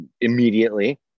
immediately